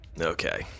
Okay